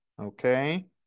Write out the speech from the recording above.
okay